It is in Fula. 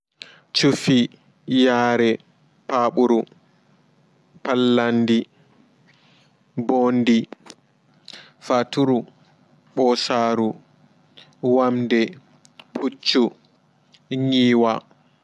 Cufi, nyaare, paaɓuru, pallaandi, bondi, faturu, ɓosaaru, wamde, puccu, nyiwa.